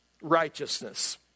righteousness